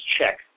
check